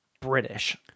British